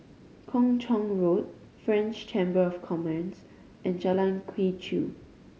Kung Chong Road French Chamber of Commerce and Jalan Quee Chew